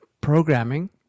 programming